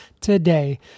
today